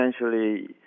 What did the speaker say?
essentially